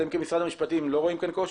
אתם כמשרד המשפטים לא רואים כאן קושי?